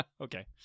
okay